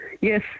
Yes